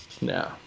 No